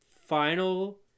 final